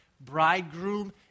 bridegroom